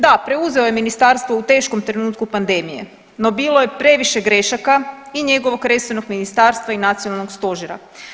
Da, preuzeo je ministarstvo u teškom trenutku pandemije, no bilo je previše grešaka i njegovog resornog ministarstva i Nacionalnog stožera.